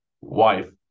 wife